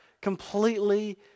completely